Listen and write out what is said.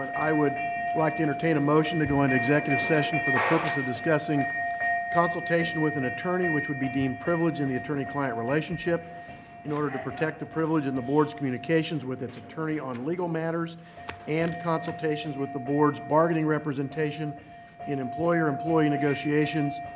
i would like to entertain a motion to go into executive session for the purpose of discussing consultation with an attorney, which would be deemed privileged in the attorney client relationship in order to protect the privilege and the board's communications with its attorney on legal matters and consultations with the board's bargaining representation in employer employee negotiations,